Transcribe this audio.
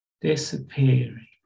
disappearing